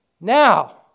now